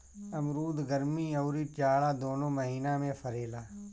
अमरुद गरमी अउरी जाड़ा दूनो महिना में फरेला